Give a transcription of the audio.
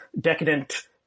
decadent